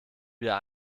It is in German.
wieder